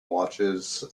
watches